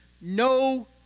No